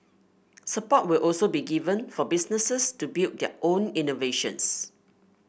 support will also be given for businesses to build their own innovations